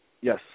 Yes